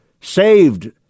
saved